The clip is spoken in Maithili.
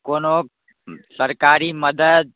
कोनो सरकारी मदद